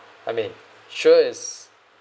I mean sure is